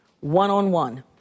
one-on-one